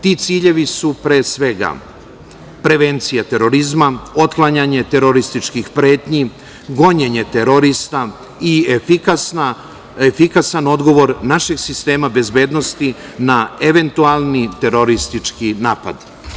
Ti ciljevi su pre svega, prevencija terorizma, otklanjanje terorističkih pretnji, gonjenje terorista i efikasan odgovor našeg sistema bezbednosti na eventualni teroristički napad.